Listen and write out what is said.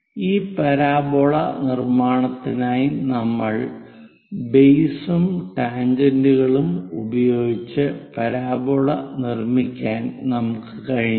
ഈ പരാബോള നിർമ്മാണത്തിനായി നമ്മൾ ബേസും ടാൻജെന്റുകളും ഉപയോഗിച്ച് പരാബോള നിർമ്മിക്കാൻ നമുക്ക് കഴിഞ്ഞു